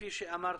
כפי שאמרת,